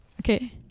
Okay